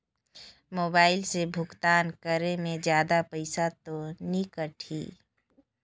Mobile से भुगतान करे मे जादा पईसा तो नि कटही?